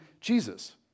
Jesus